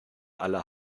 aller